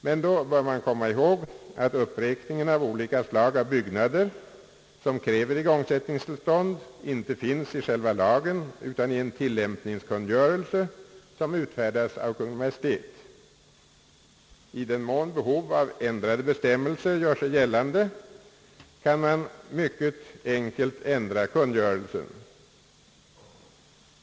Men då bör vi komma ihåg att uppräkningen av olika slag av byggnader, som kräver = igångsättningstillstånd, «inte finns i själva lagen utan i en tillämpningskungörelse, som <:utfärdats av Kungl. Maj:t. I den mån behov av ändrade bestämmelser gör sig gällande, kan man mycket enkelt ändra kungörelsen.